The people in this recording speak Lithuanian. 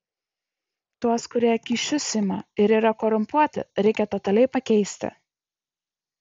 tuos kurie kyšius ima ir yra korumpuoti reikia totaliai pakeisti